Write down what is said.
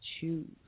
choose